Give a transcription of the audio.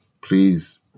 Please